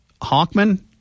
Hawkman